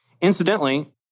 Incidentally-